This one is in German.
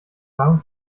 warum